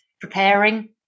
preparing